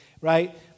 right